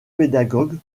pédagogue